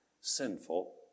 sinful